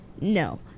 No